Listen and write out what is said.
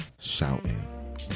Shouting